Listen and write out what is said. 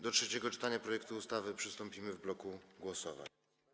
Do trzeciego czytania projektu ustawy przystąpimy w bloku głosowań.